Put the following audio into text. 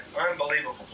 unbelievable